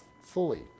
fully